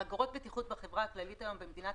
חגורות בטיחות בחברה הכללית היום במדינת